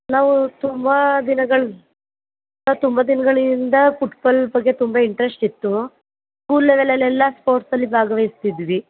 ನಾವು ತುಂಬ ದಿನಗಳು ನಾವು ತುಂಬ ದಿನಗಳು ಇಂದ ಫುಟ್ಬಾಲ್ ಬಗ್ಗೆ ತುಂಬ ಇಂಟ್ರಸ್ಟ್ ಇತ್ತು ಸ್ಕೂಲ್ ಲೆವೆಲ್ ಎಲ್ಲ ಸ್ಪೋರ್ಟ್ಸ್ ಅಲ್ಲಿ ಭಾಗವಹಿಸ್ತಿದ್ವಿ